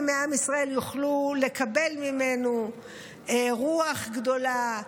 מעם ישראל יוכלו לקבל ממנו רוח גדולה,